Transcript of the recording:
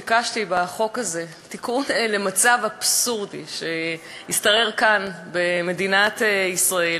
ביקשתי בחוק הזה תיקון למצב אבסורדי שהשתרר כאן במדינת ישראל,